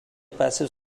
passive